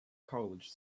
college